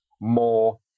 more